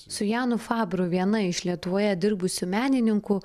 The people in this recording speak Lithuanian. su janu fabru viena iš lietuvoje dirbusių menininkų